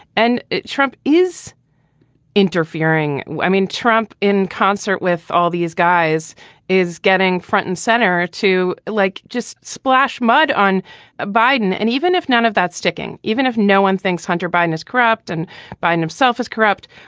and trump is interfering. i mean, trump in concert with all these guys is getting front and center to like just splash mud on biden. and even if none of that sticking, even if no one thinks hunter biden is corrupt and biden himself is corrupt,